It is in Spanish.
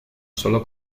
sólo